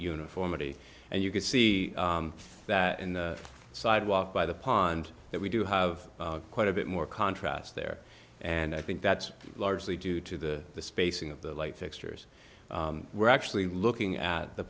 uniformity and you can see that in the sidewalk by the pond that we do have quite a bit more contrast there and i think that's largely due to the spacing of the light fixtures we're actually looking at the